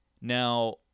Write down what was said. Now